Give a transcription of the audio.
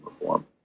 reform